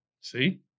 See